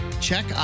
check